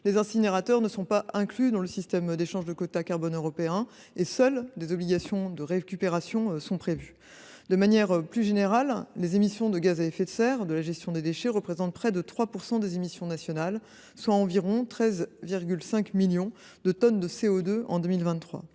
les incinérateurs ne sont pas inclus dans le système d’échange de quotas d’émission de gaz à effet de serre, seules des obligations de récupération sont prévues. De manière plus générale, les émissions de gaz à effet de serre de la gestion des déchets représentent près de 3 % des émissions nationales, soit environ 13,5 millions de tonnes de CO2 en 2023.